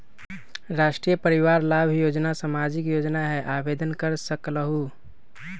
राष्ट्रीय परिवार लाभ योजना सामाजिक योजना है आवेदन कर सकलहु?